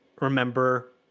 remember